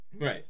Right